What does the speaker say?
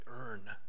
earn